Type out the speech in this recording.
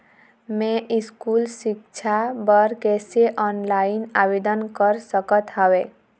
मैं स्कूल सिक्छा बर कैसे ऑनलाइन आवेदन कर सकत हावे?